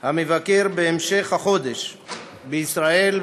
המבקר בהמשך החודש בישראל,